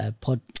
pod